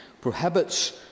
prohibits